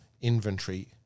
inventory